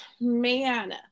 man